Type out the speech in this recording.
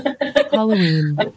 Halloween